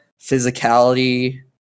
physicality